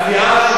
תודה רבה.